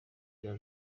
inka